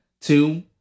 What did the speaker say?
two